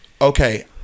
okay